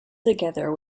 together